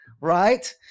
Right